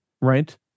right